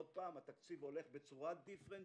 שוב התקציב הולך דיפרנציאלית,